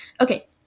Okay